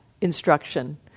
instruction